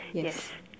yes